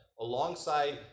alongside